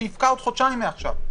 שיפקע בעוד חודשיים מעכשיו,